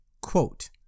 quote